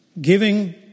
giving